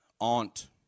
aunt